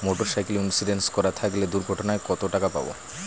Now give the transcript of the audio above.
Motorcycle insurance করা থাকলে দুঃঘটনায় কতটাকা পাব?